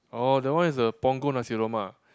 oh that one is the Punggol Nasi-Lemak